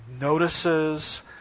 notices